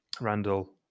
Randall